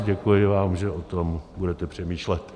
Děkuji vám, že o tom budete přemýšlet.